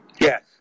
yes